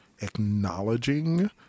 acknowledging